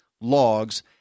logs